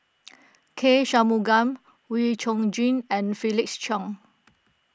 K Shanmugam Wee Chong Jin and Felix Cheong